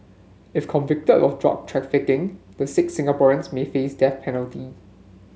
if convicted of drug trafficking the six Singaporeans may face death penalty